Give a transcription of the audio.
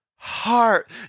Heart